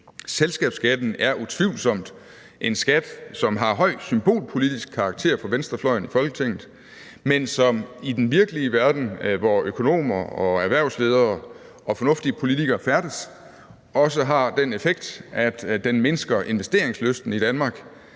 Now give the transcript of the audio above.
Selskabsskatten er utvivlsomt en skat, som har høj symbolpolitisk karakter på venstrefløjen i Folketinget, men som i den virkelige verden, hvor økonomer og erhvervsledere og fornuftige politikere færdes, også har den effekt, at den mindsker investeringslysten i Danmark,